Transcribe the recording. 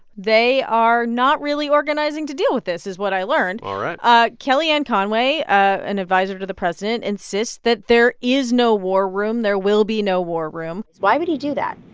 they are not really organizing to deal with this is what i learned all right kellyanne conway, an adviser to the president, insists that there is no war room. there will be no war room why would he do that?